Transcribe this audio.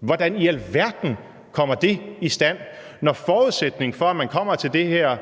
Hvordan i alverden kommer det i stand, når forudsætningen for, at man kommer til det her